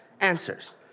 answers